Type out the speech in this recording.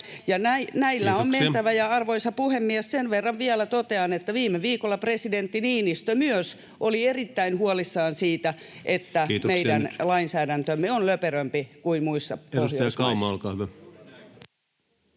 Näillä on mentävä. Arvoisa puhemies! Sen verran vielä totean, että viime viikolla myös presidentti Niinistö oli erittäin huolissaan siitä, [Puhemies: Kiitoksia!] että meidän lainsäädäntömme on löperömpi kuin muissa Pohjoismaissa.